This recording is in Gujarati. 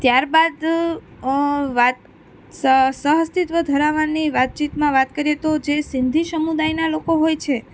ત્યાર બાદ વાત સહઅસ્તિત્વ ધરાવવાની વાતચીતમાં વાત કરીએ તો જે સિંધી સમુદાયનાં લોકો હોય છે